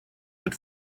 that